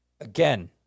Again